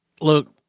Look